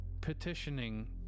petitioning